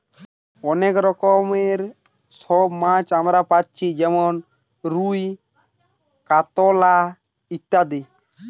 অনেক রকমের সব মাছ আমরা পাচ্ছি যেমন রুই, কাতলা ইত্যাদি